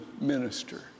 minister